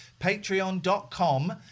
Patreon.com